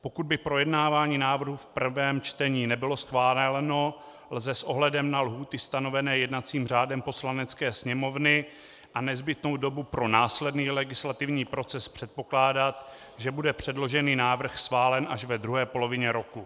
Pokud by projednávání návrhu v prvém čtení nebylo schváleno, lze s ohledem na lhůty stanovené jednacím řádem Poslanecké sněmovny a nezbytnou dobu pro následný legislativní proces předpokládat, že bude předložený návrh schválen až ve druhé polovině roku.